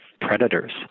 Predators